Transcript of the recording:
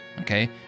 okay